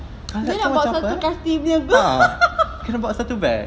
dia nak bawa satu punya ke